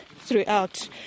throughout